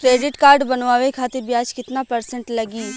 Credit card बनवाने खातिर ब्याज कितना परसेंट लगी?